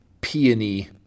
peony